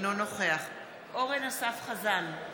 אינו נוכח אורן אסף חזן,